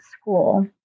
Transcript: school